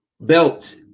belt